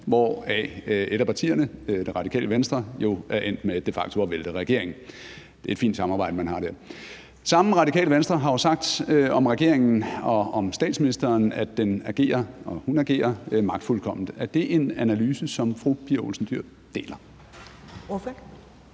hvoraf et af partierne, Det Radikale Venstre, jo er endt med de facto at vælte regeringen. Det er et fint samarbejde, man har der. Samme Radikale Venstre har jo sagt om regeringen og om statsministeren, at den agerer og hun agerer magtfuldkomment. Er det en analyse, som fru Pia Olsen Dyhr deler?